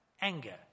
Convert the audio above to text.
anger